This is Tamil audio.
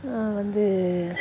வந்து